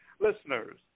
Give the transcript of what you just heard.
Listeners